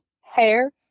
hair